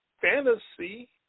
fantasy